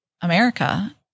America